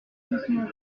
doucement